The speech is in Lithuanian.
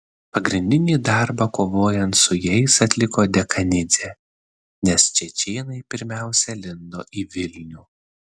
pagrindinį darbą kovojant su jais atliko dekanidzė nes čečėnai pirmiausia lindo į vilnių